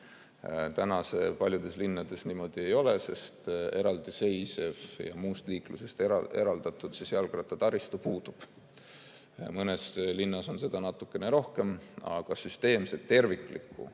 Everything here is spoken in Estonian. Täna see paljudes linnades niimoodi ei ole, sest eraldiseisev ja muust liiklusest eraldatud jalgrattataristu puudub. Mõnes linnas on seda natukene rohkem, aga süsteemset terviklikku